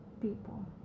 people